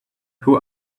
who